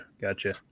gotcha